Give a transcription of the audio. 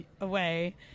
away